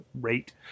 rate